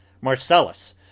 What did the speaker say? Marcellus